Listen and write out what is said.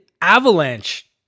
avalanche